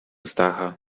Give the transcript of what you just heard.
stacha